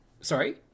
Sorry